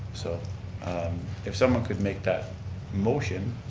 so if someone could make that motion,